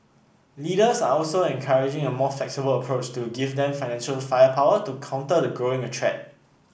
leaders are also encouraging a more flexible approach to give them financial firepower to counter the growing a threat